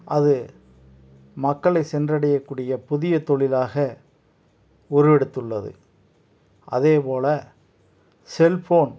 அது மக்களை சென்றடையக்கூடிய புதிய தொழிலாக உருவெடுத்துள்ளது அதேபோல செல்ஃபோன்